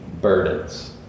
burdens